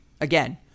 Again